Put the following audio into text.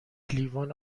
لیوان